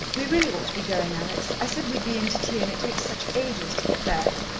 we really ought to be going, alex. i said we'd be in to tea, and it takes such ages to get back.